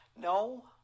no